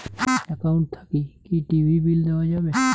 Account থাকি কি TV bill দেওয়া যাবে?